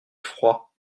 froid